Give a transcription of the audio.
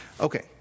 okay